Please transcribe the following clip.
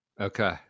Okay